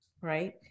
Right